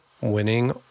winning